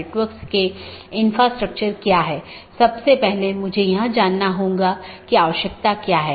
network layer reachability की जानकारी की एक अवधारणा है